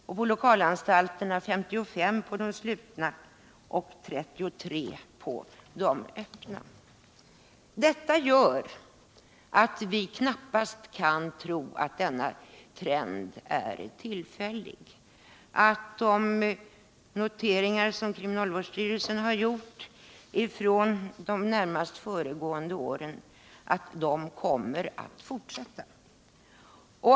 Beträffande lokalanstalterna var det 55 på de slutna och 33 på de öppna. Detta gör att vi knappast kan tro att trenden är tillfällig. Den utveckling som kriminalvårdsstyrelsen har noterat från de närmast föregående åren kommer att fortsätta.